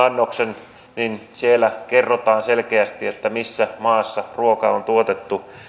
annoksen niin siellä kerrotaan selkeästi missä maassa ruoka on tuotettu